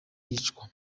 yicwa